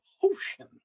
potion